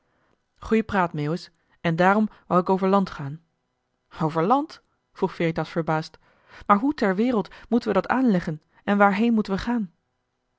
goeie praat meeuwis en daarom wou ik over land gaan over land vroeg veritas verbaasd maar hoe ter wereld moeten we dat aanleggen en waarheen moeten we gaan